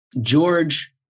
George